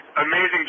Amazing